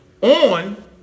on